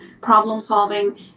problem-solving